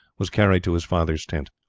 was carried to his father's tent.